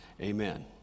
Amen